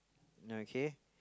okay